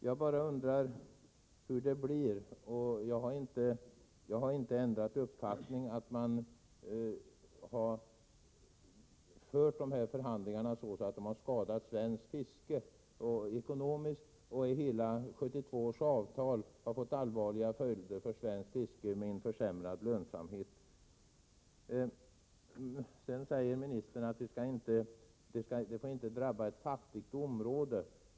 Jag bara undrar hur det blir, och jag har inte ändrat uppfattning i fråga om att man har fört förhandlingarna så att de skadat svenskt fiske. 1972 års avtal har fått allvarliga följder för svenskt fiske med en försämrad lönsamhet. Sedan säger statsrådet att vi inte får vidta åtgärder som drabbar ett fattigt område.